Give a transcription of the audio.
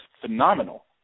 phenomenal